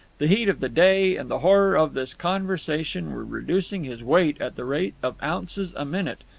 the heat of the day and the horror of this conversation were reducing his weight at the rate of ounces a minute.